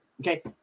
okay